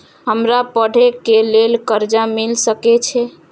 हमरा पढ़े के लेल कर्जा मिल सके छे?